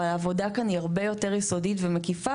אבל העבודה כאן היא הרבה יותר יסודית ומקיפה,